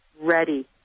ready